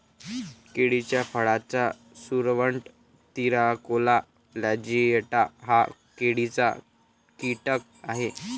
केळीच्या फळाचा सुरवंट, तिराकोला प्लॅजिएटा हा केळीचा कीटक आहे